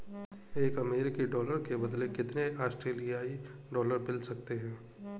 एक अमेरिकी डॉलर के बदले कितने ऑस्ट्रेलियाई डॉलर मिल सकते हैं?